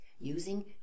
using